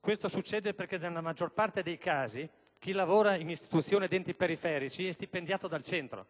Questo succede perché nella maggior parte dei casi chi lavora in istituzioni ed enti periferici è stipendiato dal centro.